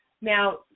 Now